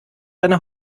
deine